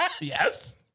Yes